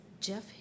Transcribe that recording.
Jeff